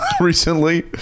recently